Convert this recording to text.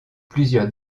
plusieurs